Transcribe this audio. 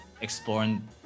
exploring